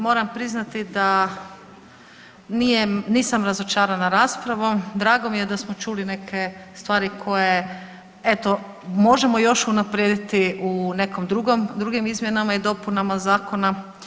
Moram priznati da nisam razočarana raspravom, drago mi je da smo čuli neke stvari koje eto možemo još unaprijediti u nekim drugim izmjenama i dopunama zakona.